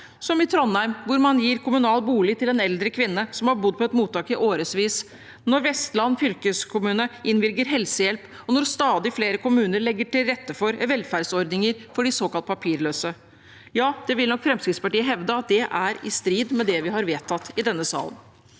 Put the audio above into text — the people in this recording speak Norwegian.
som i Trondheim, hvor man gir kommunal bolig til en eldre kvinne som har bodd på et mottak i årevis, når Vestland fylkeskommune innvilger helsehjelp, og når stadig flere kommuner legger til rette for velferdsordninger for de såkalt papirløse. Det vil nok Fremskrittspartiet hevde at er i strid med det vi har vedtatt i denne salen.